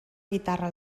guitarra